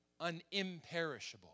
unimperishable